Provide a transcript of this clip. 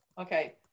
Okay